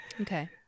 Okay